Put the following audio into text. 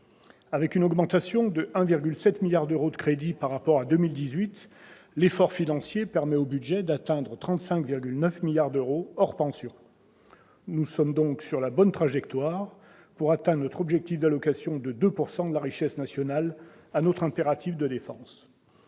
Avec une augmentation de 1,7 milliard d'euros de crédits par rapport à 2018, l'effort financier permet au budget d'atteindre 35,9 milliards d'euros, hors pensions. Nous sommes donc sur la bonne trajectoire pour atteindre notre objectif d'allocation de 2 % de la richesse nationale à notre impératif de défense.